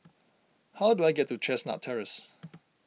how do I get to Chestnut Terrace